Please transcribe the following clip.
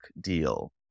deal